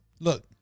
Look